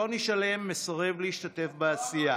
אופוזיציוני שלם מסרב להשתתף בעשייה,